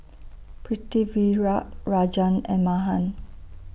Pritiviraj Rajan and Mahan